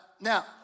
Now